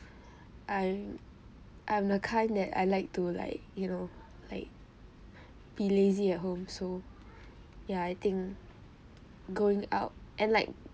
I'm I'm the kind that I like to like you know like be lazy at home so ya I think going out and like